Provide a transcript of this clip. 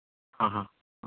हां हां